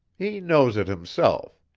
he knows it himself.